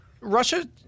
Russia –